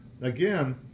again